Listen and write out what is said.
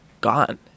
gone